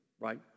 right